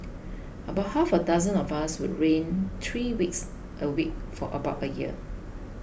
about half a dozen of us would rain three weeks a week for about a year